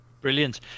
brilliant